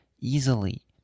easily